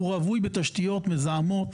הוא רווי בתשתיות מזהמות